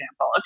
Okay